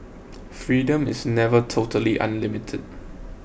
freedom is never totally unlimited